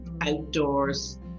outdoors